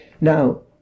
Now